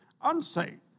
unsaved